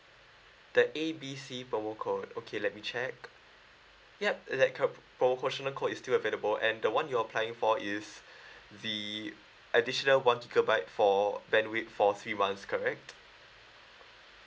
the A B C promo code okay let me check ya that ki~ promotional code is still available and the one you're applying for is the additional one gigabyte for bandwidth for three months correct